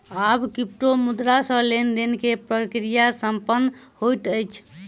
आब क्रिप्टोमुद्रा सॅ लेन देन के प्रक्रिया संपन्न होइत अछि